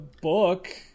book